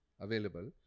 available